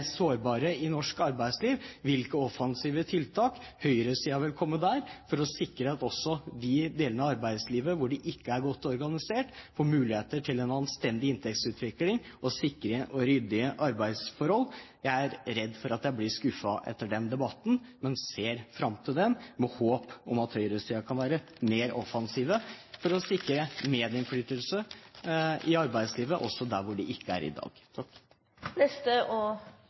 sårbare i norsk arbeidsliv, og hvilke offensive tiltak høyresiden vil komme med der for å sikre at man også i de delene av arbeidslivet hvor man ikke er godt organisert, får muligheter til en anstendig inntektsutvikling og sikre og ryddige arbeidsforhold. Jeg er redd for at jeg blir skuffet etter den debatten, men ser fram til den med håp om at høyresiden kan være mer offensive for å sikre medinnflytelse i arbeidslivet, også der hvor det ikke er i dag.